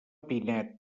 pinet